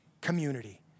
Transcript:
community